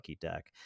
deck